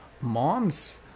mom's